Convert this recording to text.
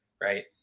right